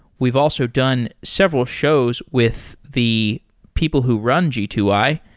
we've also done several shows with the people who run g two i,